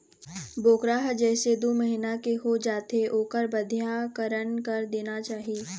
बोकरा ह जइसे दू महिना के हो जाथे ओखर बधियाकरन कर देना चाही